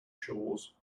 shores